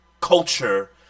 culture